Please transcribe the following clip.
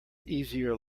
easier